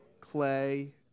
clay